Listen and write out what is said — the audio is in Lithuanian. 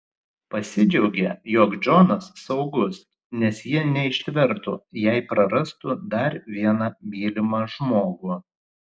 pasidžiaugė jog džonas saugus nes ji neištvertų jei prarastų dar vieną mylimą žmogų